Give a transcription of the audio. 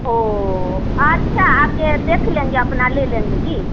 ओ अच्छा आकर देख लेंगे अपना ले लेंगे की